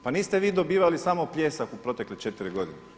Pa niste vi dobivali samo pljesak u protekle četiri godine.